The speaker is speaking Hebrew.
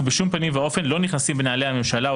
אנחנו בשום פנים ואופן לא נכנסים בנעלי הממשלה או